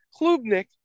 Klubnik